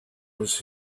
was